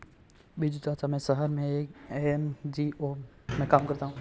बिरजू चाचा, मैं शहर में एक एन.जी.ओ में काम करती हूं